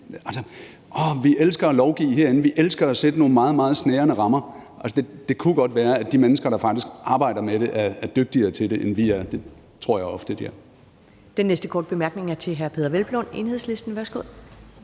vi elsker at lovgive herinde, vi elsker at sætte nogle meget, meget snærende rammer. Det kunne godt være, at de mennesker, der faktisk arbejder med det, er dygtigere til det, end vi er. Det tror jeg ofte de er.